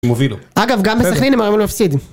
הם הובילו. אגב, גם בסכנין הם היו אמורים להפסיד.